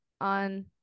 on